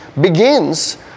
begins